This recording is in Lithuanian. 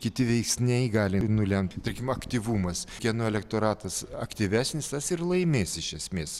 kiti veiksniai gali nulemti tarkim aktyvumas kieno elektoratas aktyvesnis tas ir laimės iš esmės